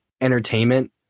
entertainment